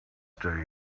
stay